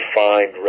find